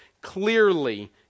clearly